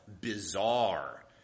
bizarre